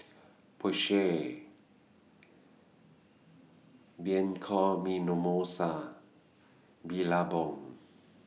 Porsche Bianco Billabong